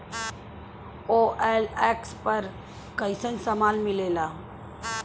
OLX पर कइसन सामान मीलेला?